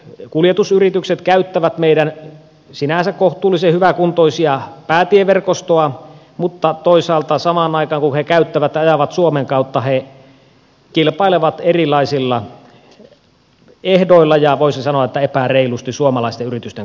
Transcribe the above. ulkomaiset kuljetusyritykset käyttävät meidän sinänsä kohtuullisen hyväkuntoista päätieverkostoa mutta toisaalta samaan aikaan kun he käyttävät ja ajavat suomen kautta he kilpailevat erilaisilla ehdoilla ja voisin sanoa epäreilusti suomalaisten yritysten kanssa